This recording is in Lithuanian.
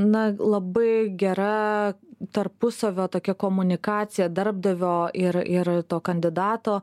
na labai gera tarpusavio tokia komunikacija darbdavio ir ir to kandidato